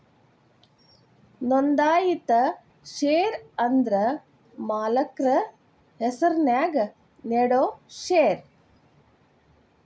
ನೋಂದಾಯಿತ ಷೇರ ಅಂದ್ರ ಮಾಲಕ್ರ ಹೆಸರ್ನ್ಯಾಗ ನೇಡೋ ಷೇರ